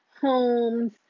homes